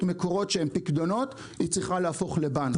מקורות שהם פיקדונות היא צריכה להפוך לבנק,